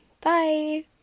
Bye